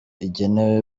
igenewe